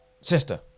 Sister